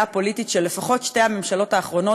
הפוליטית של לפחות שתי הממשלות האחרונות,